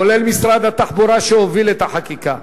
משרד התחבורה שהוביל את החקיקה,